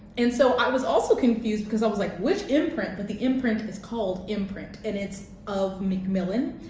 and so i was also confused because i was like which imprint? but the imprint is called imprint and it's of macmillan.